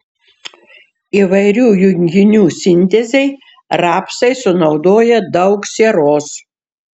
įvairių junginių sintezei rapsai sunaudoja daug sieros